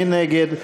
מי נגד?